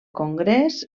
congrés